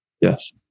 Yes